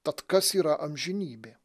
tad kas yra amžinybė